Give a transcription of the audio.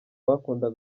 bakunda